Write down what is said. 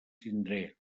tindré